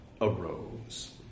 arose